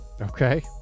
Okay